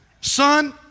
Son